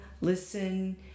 listen